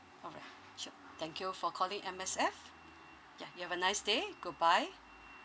all right sure thank you for calling M_S_F yeah you have a nice day goodbye